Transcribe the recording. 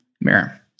mirror